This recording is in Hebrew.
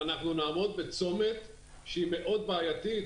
אנחנו נעמוד בצומת שהוא מאוד בעייתי,